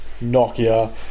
Nokia